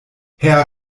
herr